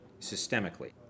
systemically